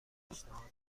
پیشنهاد